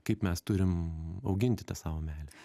kaip mes turim auginti tą savo meilę